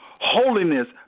Holiness